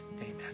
amen